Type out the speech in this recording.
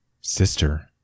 Sister